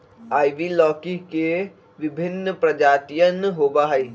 ivy लौकी के विभिन्न प्रजातियन होबा हई